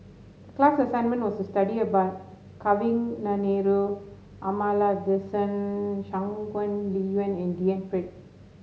the class assignment was to study about Kavignareru Amallathasan Shangguan Liuyun and D N Pritt